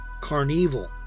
Carnival